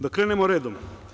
Da krenemo redom.